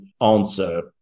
answer